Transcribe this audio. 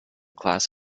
class